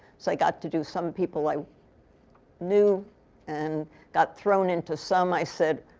so i got to do some people i knew and got thrown into some. i said,